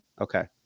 Okay